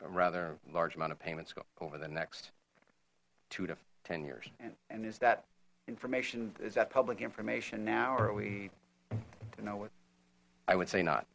rather large amount of payments go over the next two to ten years and is that information is that public information now or we you know what i would say not